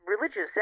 Religious